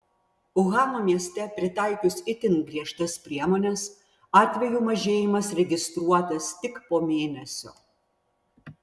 uhano mieste pritaikius itin griežtas priemones atvejų mažėjimas registruotas tik po mėnesio